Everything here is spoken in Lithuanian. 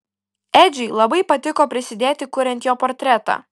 edžiui labai patiko prisidėti kuriant jo portretą